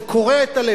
זה קורע את הלב,